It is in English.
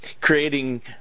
creating